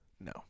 No